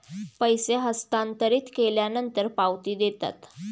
पैसे हस्तांतरित केल्यानंतर पावती देतात